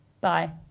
bye